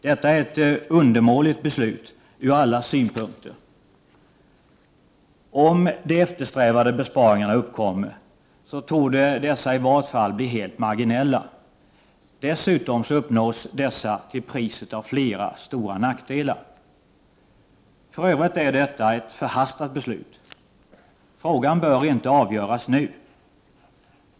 Detta är ett undermåligt beslut ur alla synpunkter. Om de eftersträvade besparingarna uppkommer så torde dessa i vart fall bli helt marginella. Dessutom uppnås dessa till priset av flera stora nackdelar. För övrigt är detta ett förhastat beslut. Frågan bör inte avgöras nu.